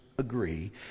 agree